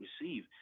receive